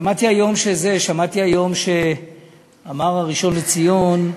שמעתי היום שאמר הראשון לציון,